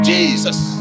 Jesus